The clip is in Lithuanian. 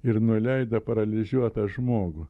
ir nuleido paralyžiuotą žmogų